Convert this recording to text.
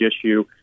issue